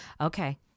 okay